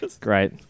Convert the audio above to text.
Great